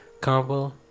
combo